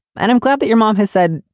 and i'm glad that your mom has said,